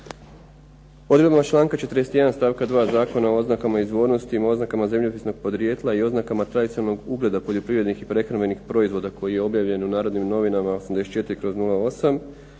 Odredbom članka 41. stavka 2. Zakona o oznakama izvornosti i oznakama zemljopisnog podrijetla, i oznakama tradicionalnog ugleda poljoprivrednih i prehrambenih proizvoda koji je objavljen u "Narodnim novinama" 84/08.